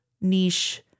niche